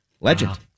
Legend